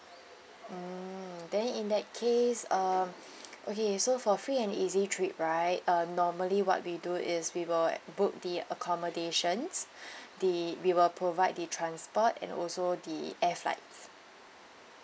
mm then in that case uh okay so for free and easy trip right uh normally what we do is we will book the accommodations the we will provide the transport and also the air flights